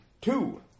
Two